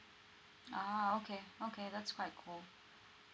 ah okay okay that's quite cool